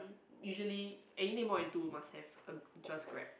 usually anything more than two must have a just Grab